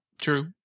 True